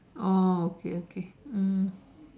oh okay okay mm